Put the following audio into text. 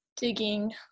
Digging